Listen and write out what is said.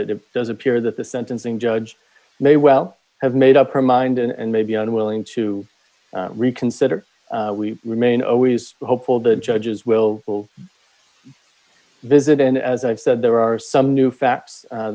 it does appear that the sentencing judge may well have made up her mind and may be unwilling to reconsider we remain always hopeful the judges will will visit and as i said there are some new facts